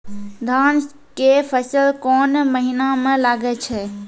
धान के फसल कोन महिना म लागे छै?